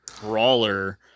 brawler